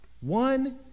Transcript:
one